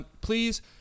please